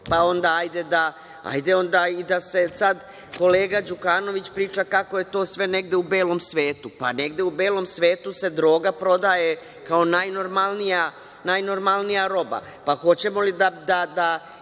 pa onda hajde. Kolega Đukanović priča kako je to sve negde u belom svetu. Pa, negde u belom svetu se droga prodaje kao najnormalnija roba. Pa, hoćemo li da